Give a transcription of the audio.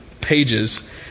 pages